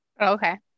Okay